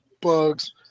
bugs